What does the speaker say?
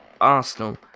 Arsenal